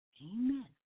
Amen